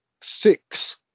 six